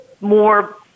more